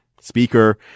speaker